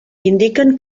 indiquen